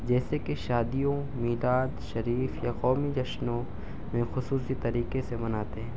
جیسے کہ شادیوں میلاد شریف یا قومی جشنوں میں خصوصی طریقے سے مناتے ہیں